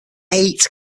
eight